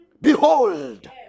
behold